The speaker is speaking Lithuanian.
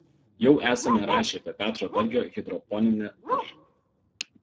jau esame rašę apie petro dargio hidroponinį daržą